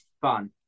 Fun